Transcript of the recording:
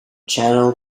channel